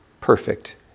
perfect